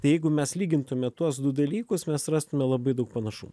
tai jeigu mes lygintume tuos du dalykus mes rastume labai daug panašumų